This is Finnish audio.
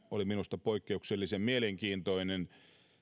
oli minusta poikkeuksellisen mielenkiintoinen